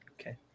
Okay